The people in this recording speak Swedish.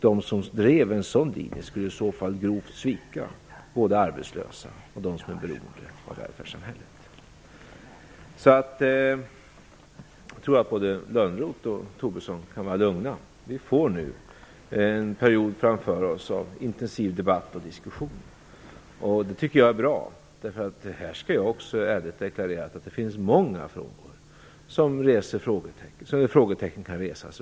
De som drev en sådan linje skulle i så fall grovt svika både arbetslösa och dem som är beroende av välfärdssamhället. Jag tror alltså att både Johan Lönnroth och Lars Tobisson kan vara lugna. Vi kommer nu att ha en period framför oss med intensiv debatt och diskussioner. Det tycker jag är bra. Jag skall här ärligt deklarera att det finns många frågor runt vilka frågetecken kan resas.